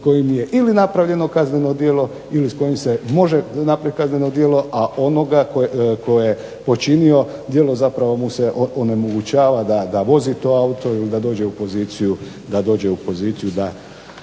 kojim je ili napravljeno kazneno djelo ili s kojim se može napraviti kazneno djelo, a onoga tko je počinio djelo zapravo mu se onemogućava da vozi to auto ili da dođe u poziciju da